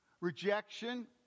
Rejection